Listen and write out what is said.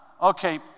okay